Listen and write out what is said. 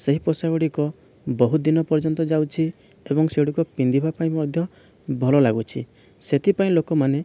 ସେହି ପୋଷାକଗୁଡ଼ିକ ବହୁତ ଦିନ ପର୍ଯ୍ୟନ୍ତ ଯାଉଛି ଏବଂ ସେ ଗୁଡ଼ିକ ପିନ୍ଧିବା ପାଇଁ ମଧ୍ୟ ଭଲ ଲାଗୁଛି ସେଥିପାଇଁ ଲୋକମାନେ